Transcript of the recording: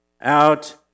out